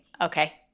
Okay